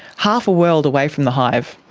half a world away from the hive.